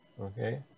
Okay